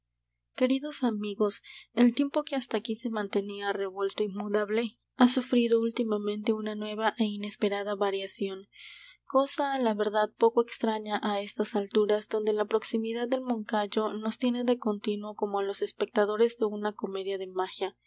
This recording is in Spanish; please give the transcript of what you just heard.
queridos amigos el tiempo que hasta aquí se mantenía revuelto y mudable ha sufrido últimamente una nueva é inesperada variación cosa á la verdad poco extraña á estas alturas donde la proximidad del moncayo nos tiene de continuo como á los espectadores de una comedia de magia